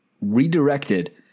redirected